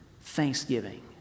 thanksgiving